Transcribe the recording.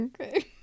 Okay